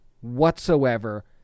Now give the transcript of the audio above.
whatsoever